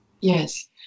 Yes